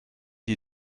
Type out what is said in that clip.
die